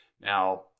Now